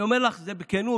אני אומר לך את זה בכנות.